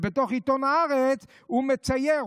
ובתוך עיתון הארץ הוא מצייר,